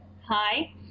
hi